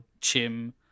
Chim